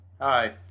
Hi